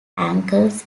ankles